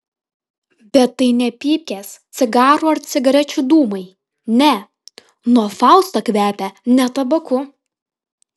bet tai ne pypkės cigarų ar cigarečių dūmai ne nuo fausto kvepia ne tabaku